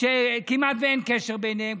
שכמעט אין קשר ביניהן,